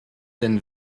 denn